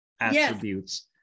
attributes